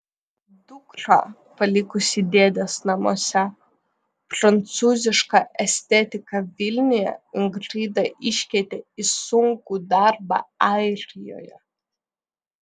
dukrą palikusi dėdės namuose prancūzišką estetiką vilniuje ingrida iškeitė į sunkų darbą airijoje